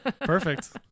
Perfect